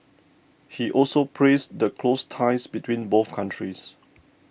he also praised the close ties between both countries